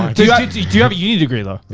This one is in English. do do you have a uni degree though?